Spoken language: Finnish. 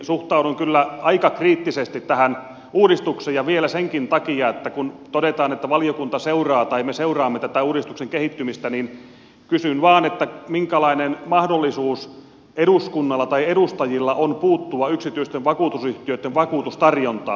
suhtaudun kyllä aika kriittisesti tähän uudistukseen ja vielä senkin takia kun todetaan että valiokunta seuraa tai me seuraamme tätä uudistuksen kehittymistä kysyn vain minkälainen mahdollisuus eduskunnalla tai edustajilla on puuttua yksityisten vakuutusyhtiöitten vakuutustarjontaan